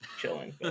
chilling